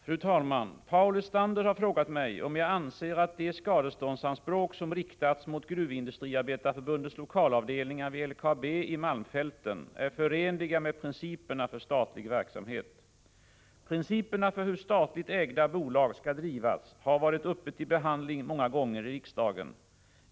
Fru talman! Paul Lestander har frågat mig om jag anser att de skadeståndsanspråk som riktats mot Gruvindustriarbetareförbundets lokalavdelningar vid LKAB i malmfälten är förenliga med principerna för statlig verksamhet. Principerna för hur statligt ägda bolag skall drivas har varit uppe till behandling många gånger i riksdagen.